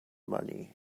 money